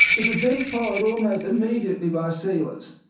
it was then followed almost immediately by sealers.